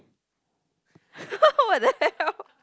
!what the hell!